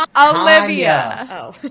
Olivia